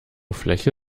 fläche